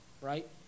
right